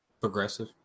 Progressive